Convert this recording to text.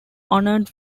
honored